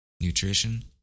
nutrition